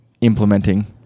implementing